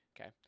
Okay